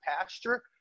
pasture